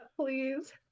please